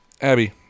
Abby